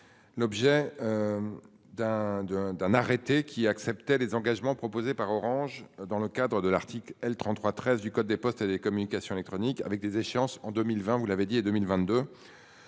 d'un d'un arrêté qui acceptait les engagements proposés par Orange, dans le cadre de l'article L. 33 13 du code des postes et des communications électroniques avec des échéances en 2020, vous l'avez dit et 2022.